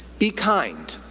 be kind